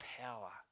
power